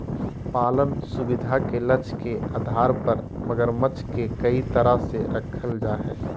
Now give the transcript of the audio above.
पालन सुविधा के लक्ष्य के आधार पर मगरमच्छ के कई तरह से रखल जा हइ